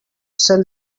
shall